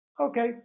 Okay